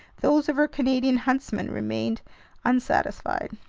those of our canadian huntsman remained unsatisfied.